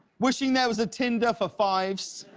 wishing there was a tinder for five s.